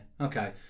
okay